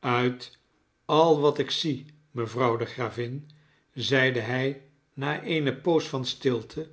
uit al wat ik zie mevrouw de gravin zeide hij na eene poos van stilte